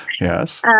Yes